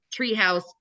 Treehouse